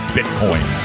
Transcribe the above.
Bitcoin